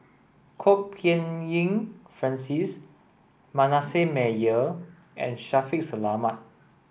Kwok Peng Kin Francis Manasseh Meyer and Shaffiq Selamat